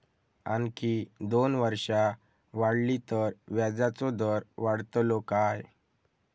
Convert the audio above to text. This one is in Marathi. आणखी दोन वर्षा वाढली तर व्याजाचो दर वाढतलो काय?